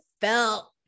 felt